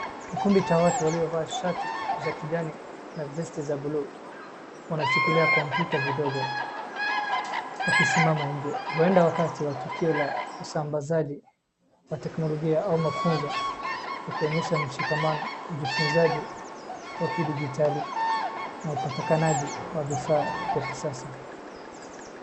Kikundi cha watu waliovaa shati za kijani na vesti za buluu, wanashikilia kompyuta vidogo wakisimama nje, huenda wakawa tokeo la usambazaji wa teknolojia au mafunzo wakionyesha mshikamano ujifunzaji wa kidijitali na upatakanaji wa viaa vya kisasa.